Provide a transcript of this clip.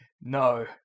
No